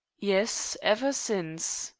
yes, ever since.